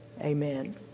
Amen